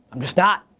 i'm just not.